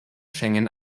schengen